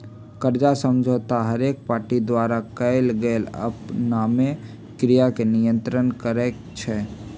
कर्जा समझौता हरेक पार्टी द्वारा कएल गेल आपनामे क्रिया के नियंत्रित करई छै